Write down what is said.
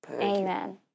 amen